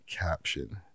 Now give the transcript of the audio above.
caption